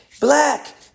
Black